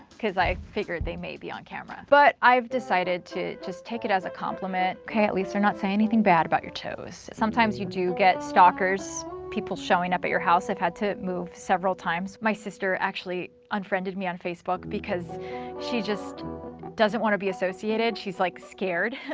cause i figured they may be on camera. but i've decided to just take it as a compliment. okay, at least they're not saying anything bad about your toes. sometimes you do get stalkers. people showing up at your house. i've had to move several times. my sister actually unfriended me on facebook because she just doesn't want to be associated. she's like scared